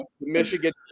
Michigan